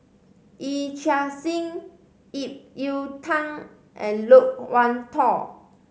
Yee Chia Hsing Ip Yiu Tung and Loke Wan Tho